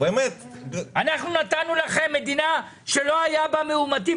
אנחנו נתנו לכם מדינה שלא היו בה מאומתים,